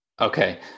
Okay